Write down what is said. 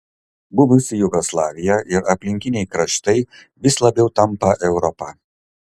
buvusi jugoslavija ir aplinkiniai kraštai vis labiau tampa europa